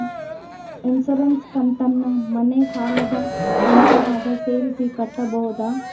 Insurance ಕಂತನ್ನ ಮನೆ ಸಾಲದ ಕಂತಿನಾಗ ಸೇರಿಸಿ ಕಟ್ಟಬೋದ?